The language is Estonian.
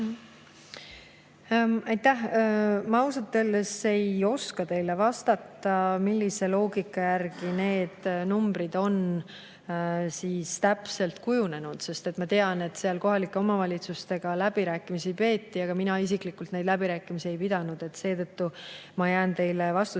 Ma ausalt öeldes ei oska teile vastata, millise loogika järgi need numbrid on täpselt kujunenud. Ma tean, et seal kohalike omavalitsustega läbirääkimisi peeti, aga mina isiklikult neid läbirääkimisi ei pidanud, seetõttu ma jään teile vastuse võlgu.